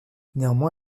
néanmoins